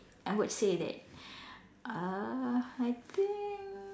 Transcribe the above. I would say that uh I think